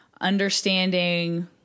understanding